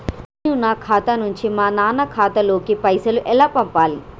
నేను నా ఖాతా నుంచి మా నాన్న ఖాతా లోకి పైసలు ఎలా పంపాలి?